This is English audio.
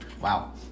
Wow